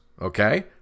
okay